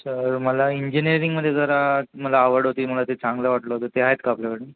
तर मला इंजिनीअरिंगमध्ये जरा मला आवड होती मला ते चांगलं वाटलं होतं ते आहेत का आपल्याकडे